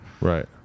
Right